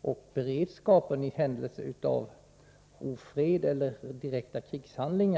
och beredskapen i händelse av ofred eller direkta krigshandlingar.